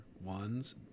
ones